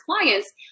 clients